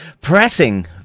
pressing